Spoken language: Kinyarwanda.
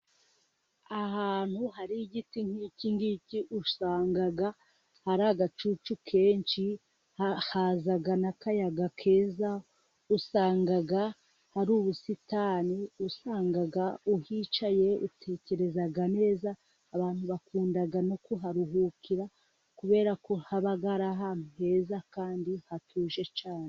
Ahantu hari igiti nk'iki ngiki, usanga hari agacucu kenshi haza n'akaya keza, usanga hari ubusitani, usanga uhicaye utekereza neza, abantu bakunda no kuharuhukira kubera ko haba ari ahantu heza kandi hatuje cyane.